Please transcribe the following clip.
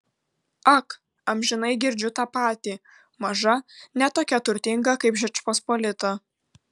ak amžinai girdžiu tą patį maža ne tokia turtinga kaip žečpospolita